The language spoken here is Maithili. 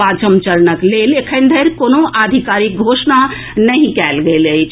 पांचम चरणक लेल एखन धरि कोनो आधिकारिक घोषणा नहि कएल गेल अछि